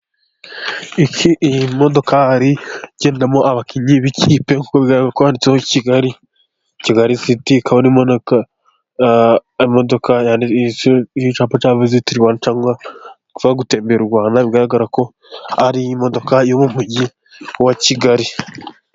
Iyi ni imodokari igendamo abakinnyi b'ikipe, kuko yanditseho Kigali siti, ikaba ar imodoka iriho icyapa cya Viziti Rwanda, cyangwa cyanditseho gutembera u Rwanda, bigaragara ko ari imodoka y'umugi wa Kigali.